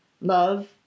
Love